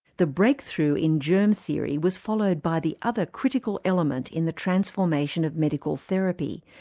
the breakthrough in germ theory was followed by the other critical element in the transformation of medical therapy,